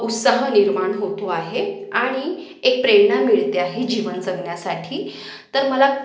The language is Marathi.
उत्सा ह निर्माण होतो आहे आणि एक प्रेरणा मिळते आहे जीवन जगण्यासाठी तर मला